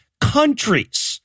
countries